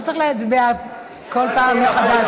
אתה לא צריך להצביע כל פעם מחדש.